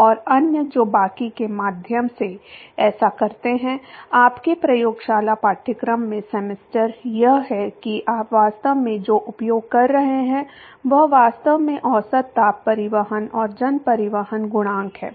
और अन्य जो बाकी के माध्यम से ऐसा करते हैं आपके प्रयोगशाला पाठ्यक्रम में सेमेस्टर यह है कि आप वास्तव में जो उपयोग कर रहे हैं वह वास्तव में औसत ताप परिवहन और जन परिवहन गुणांक है